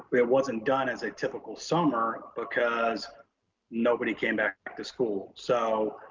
but it wasn't done as a typical summer because nobody came back to school. so